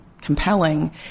compelling